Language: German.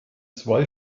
zwei